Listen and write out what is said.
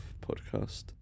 podcast